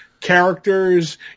characters